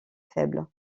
faible